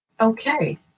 Okay